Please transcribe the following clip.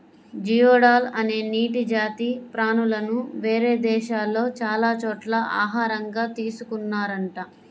geoduck అనే నీటి జాతి ప్రాణులను వేరే దేశాల్లో చాలా చోట్ల ఆహారంగా తీసుకున్తున్నారంట